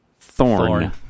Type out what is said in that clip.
Thorn